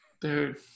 dude